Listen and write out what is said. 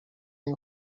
این